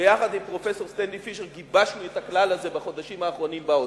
ביחד עם פרופסור סטנלי פישר גיבשנו את הכלל הזה בחודשים האחרונים באוצר,